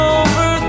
over